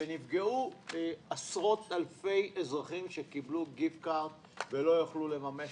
נפגעו עשרות אלפי אזרחים שקיבלו גיפט קארד ולא יכלו לממש